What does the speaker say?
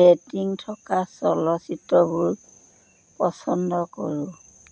rating থকা চলচ্চিত্ৰবোৰ পছন্দ কৰোঁ